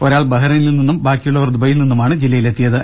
ഒരാൾ ബഹ്റൈനിൽ നിന്നും ബാക്കിയുള്ളവർ ദുബൈയിൽ നിന്നുമാണ് ജില്ലയിലെത്തിയത്